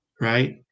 Right